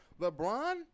LeBron